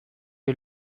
you